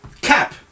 Cap